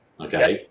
Okay